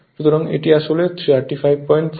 সুতরাং এটি আসলে 3547 অ্যাম্পিয়ার